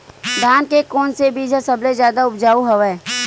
धान के कोन से बीज ह सबले जादा ऊपजाऊ हवय?